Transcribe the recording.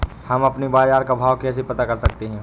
हम अपने बाजार का भाव कैसे पता कर सकते है?